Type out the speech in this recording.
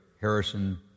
Harrison